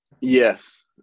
Yes